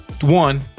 one